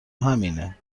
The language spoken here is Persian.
همینه